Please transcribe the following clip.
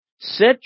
Set